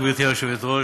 כץ, והוא יכול להסביר לך